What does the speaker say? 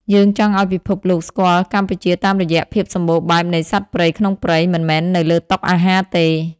យើងចង់ឱ្យពិភពលោកស្គាល់កម្ពុជាតាមរយៈភាពសំបូរបែបនៃសត្វព្រៃក្នុងព្រៃ មិនមែននៅលើតុអាហារទេ។